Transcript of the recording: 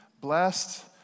blessed